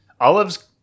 Olives